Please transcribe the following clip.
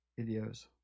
videos